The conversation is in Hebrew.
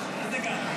איזה גן?